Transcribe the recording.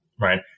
right